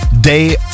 day